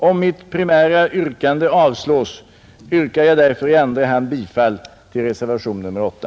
Om mitt primära yrkande avslås, yrkar jag med stöd av det anförda i andra hand bifall till reservationen 8.